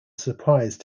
surprise